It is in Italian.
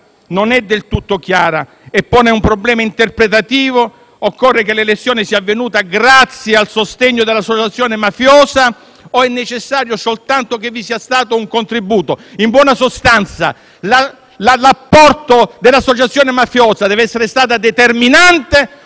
non è del tutto chiara e pone un problema interpretativo: occorre che l'elezione sia avvenuta grazie al sostegno dell'associazione mafiosa o è necessario soltanto che vi sia stato un contributo? In buona sostanza, l'apporto dell'associazione mafiosa dev'essere stato determinante